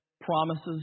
promises